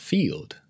Field